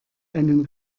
einen